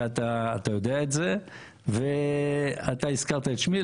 ואתה יודע את זה והזכרת את שמי,